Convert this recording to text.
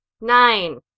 nine